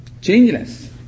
Changeless